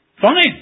fine